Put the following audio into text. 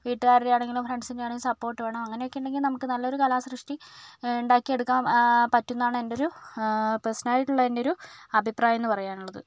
വീട്ടുകാരുടെ ആണെങ്കിലും ഫ്രണ്ട്സിൻ്റെ ആണെങ്കിലും സപ്പോർട്ട് വേണം അങ്ങനെയൊക്കെ ഉണ്ടെങ്കിൽ നമുക്ക് നല്ലൊരു കലാസൃഷ്ടി ഉണ്ടാക്കി എടുക്കാൻ പറ്റുന്നാണ് എൻ്റെ ഒരു പേർസണൽ ആയിട്ട് എൻ്റെ ഒരു അഭിപ്രായം എന്ന് പറയാൻ ഉള്ളത്